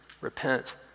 repent